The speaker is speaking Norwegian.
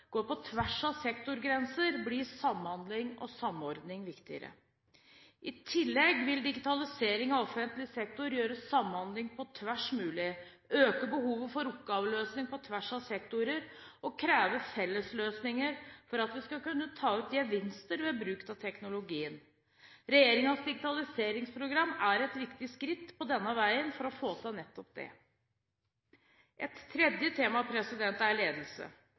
på tvers av sektorgrenser, blir samhandling og samordning viktigere. I tillegg vil digitaliseringen av offentlig sektor gjøre samhandling på tvers mulig, øke behovet for oppgaveløsning på tvers av sektorer og kreve fellesløsninger for at vi skal kunne ta ut gevinstene ved bruk av teknologien. Regjeringens digitaliseringsprogram er et viktig skritt på denne veien for å få til nettopp det. Et tredje tema er ledelse.